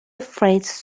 freight